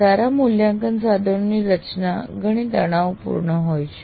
સારા મૂલ્યાંકન સાધનોની રચના ઘણી તણાવપૂર્ણ હોય છે